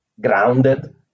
grounded